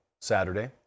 Saturday